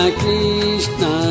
krishna